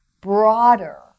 broader